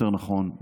יותר נכון,